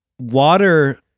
Water